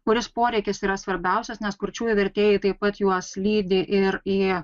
kuris poreikis yra svarbiausias nes kurčiųjų vertėjai taip pat juos lydi ir į